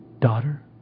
Daughter